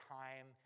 time